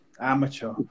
Amateur